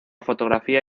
fotografía